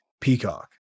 peacock